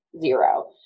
zero